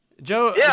Joe